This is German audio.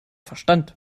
verstand